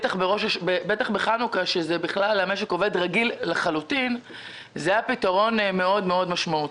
זה היה פתרון מאוד משמעותי.